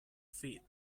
feet